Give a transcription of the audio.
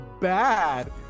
bad